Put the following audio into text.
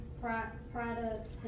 products